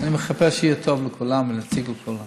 אני מחפש שיהיה טוב לכולם ונציג לכולם.